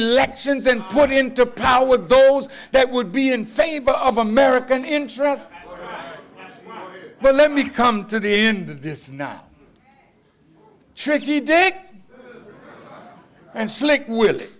elections and put into power those that would be in favor of american interest well let me come to the end of this now tricky dick and slick will